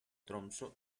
tromsø